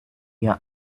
your